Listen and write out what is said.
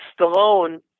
Stallone